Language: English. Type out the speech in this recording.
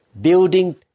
building